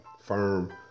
firm